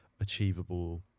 achievable